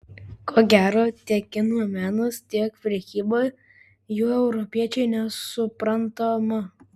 ko gero tiek kinų menas tiek prekyba juo europiečiui nesuprantama